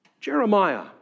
Jeremiah